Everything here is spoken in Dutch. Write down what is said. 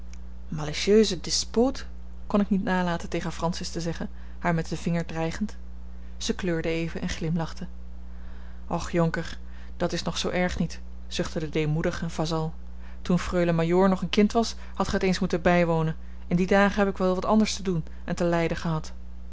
malicieuse despoot kon ik niet nalaten tegen francis te zeggen haar met den vinger dreigend zij kleurde even en glimlachte och jonker dat is nog zoo erg niet zuchtte de deemoedige vazal toen freule majoor nog een kind was hadt gij het eens moeten bijwonen in die dagen heb ik wel wat anders te doen en te lijden gehad